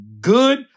good